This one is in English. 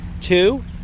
two